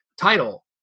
title